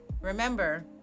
Remember